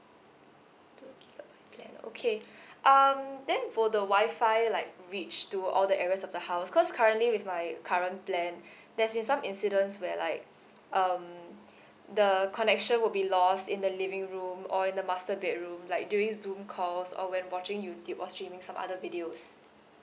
okay okay can okay um then for the wifi like reach to all the areas of the house because currently with my current plan there's been some incidents where like um the connection will be lost in the living room or in the master bedroom like during Zoom calls or when watching YouTube watching some other videos